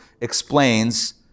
explains